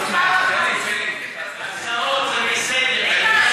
הסעות, זה בסדר.